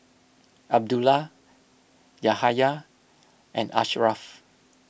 Abdullah Yahaya and Ashraf